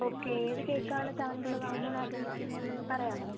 okay ഏത് കേക്കാണ് താങ്കൾ വാങ്ങാൻ ആഗ്രഹിക്കുന്നതെന്ന് ഒന്ന് പറയാമോ